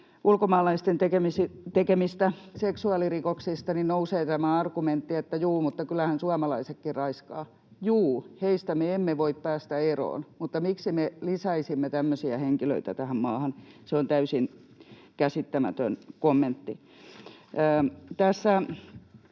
ulkomaalaisten tekemistä seksuaalirikoksista, nousee tämä argumentti, että ”juu, mutta kyllähän suomalaisetkin raiskaavat”. Juu, heistä me emme voi päästä eroon, mutta miksi me lisäisimme tämmöisiä henkilöitä tähän maahan? Se on täysin käsittämätön kommentti.